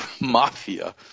mafia